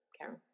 Karen